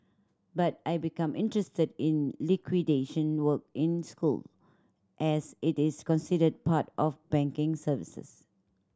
but I become interested in liquidation work in school as it is considered part of banking services